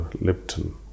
Lipton